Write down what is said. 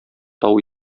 тау